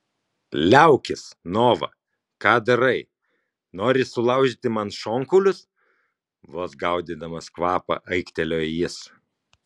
liaukis nova ką darai nori sulaužyti man šonkaulius vos gaudydamas kvapą aiktelėjo jis